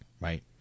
right